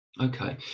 Okay